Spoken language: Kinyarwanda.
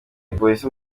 polisi